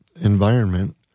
environment